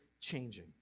changing